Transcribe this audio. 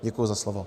Děkuji za slovo.